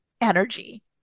energy